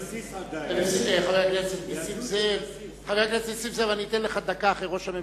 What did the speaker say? נסים זאב (ש"ס): היו"ר ראובן ריבלין: חבר הכנסת נסים זאב,